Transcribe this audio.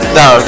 no